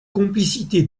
complicité